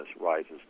rises